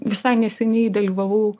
visai neseniai dalyvavau